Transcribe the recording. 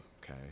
okay